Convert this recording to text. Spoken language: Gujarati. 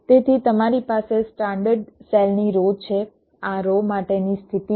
તેથી તમારી પાસે સ્ટાન્ડર્ડ સેલની રો છે આ રો માટેની સ્થિતિ છે